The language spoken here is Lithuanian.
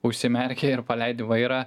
užsimerki ir paleidi vairą